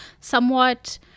somewhat